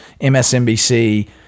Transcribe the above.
MSNBC